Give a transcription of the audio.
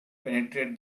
penetrate